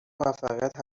موفقیت